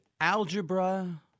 Algebra